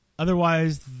Otherwise